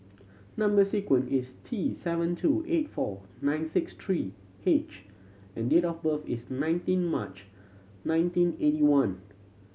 number sequence is T seven two eight four nine six three H and date of birth is nineteen March nineteen eighty one